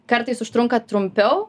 kartais užtrunka trumpiau